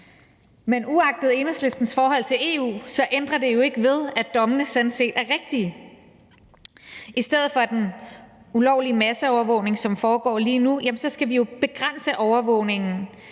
Men uagtet Enhedslistens forhold til EU ændrer det jo ikke ved, at dommene sådan set er rigtige. I stedet for den ulovlige masseovervågning, som foregår lige nu, skal vi jo begrænse overvågningen